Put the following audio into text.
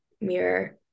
mirror